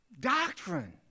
doctrine